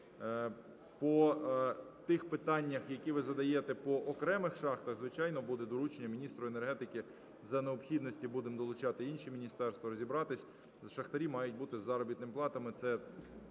По тих питаннях, які ви задаєте по окремих шахтах. Звичайно, буде доручення міністру енергетики, за необхідності будемо долучати інші міністерства розбиратись, шахтарі мають бути із заробітними платами.